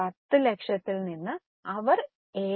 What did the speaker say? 10 ലക്ഷത്തിൽ നിന്ന് അവർ 7